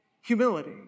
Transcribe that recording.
Humility